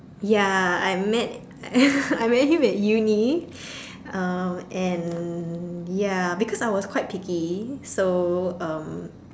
ya I met I met him at uni uh and ya because I was quite picky so um